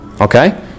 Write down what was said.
Okay